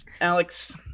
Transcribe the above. Alex